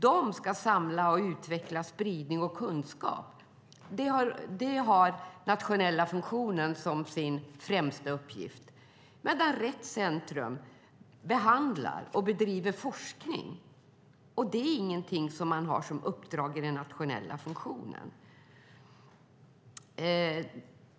Den nationella funktionen har som sin främsta uppgift att samla in och utveckla kunskap och sprida den. Rett Center behandlar och bedriver forskning. Detta uppdrag har inte den nationella funktionen.